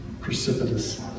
precipitous